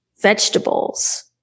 vegetables